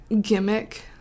gimmick